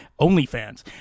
OnlyFans